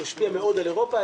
הוא השפיע מאוד על אירופה.